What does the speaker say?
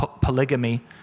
polygamy